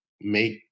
make